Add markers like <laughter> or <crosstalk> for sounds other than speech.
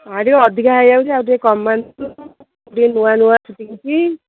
ଆଉ ଟିକେ ଅଧିକା ହୋଇଯାଉଛି ଆଉ ଟିକେ କମାନ୍ତୁ <unintelligible> ମୁଁ ଟିକେ ନୂଆ ନୂଆ